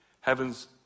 Heavens